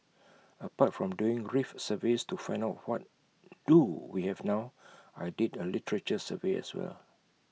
apart from doing reef surveys to find out what do we have now I did A literature survey as well